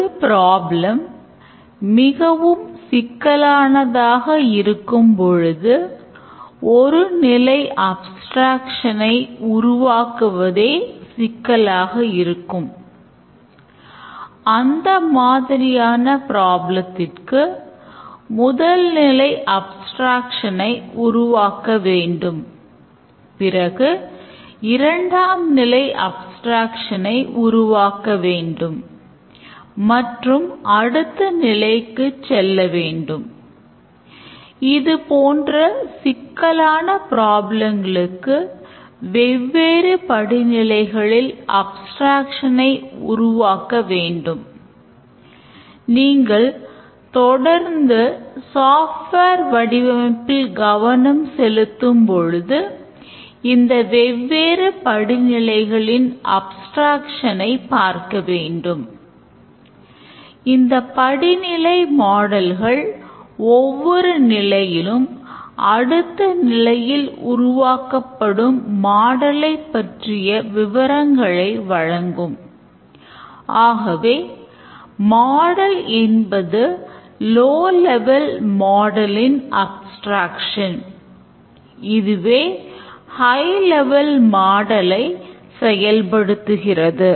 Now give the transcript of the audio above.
ஒரு பிராப்ளம் செயல்படுத்துகிறது